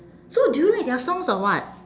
so do you like their songs or what